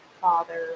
father